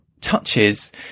touches